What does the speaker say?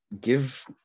Give